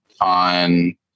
on